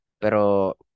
Pero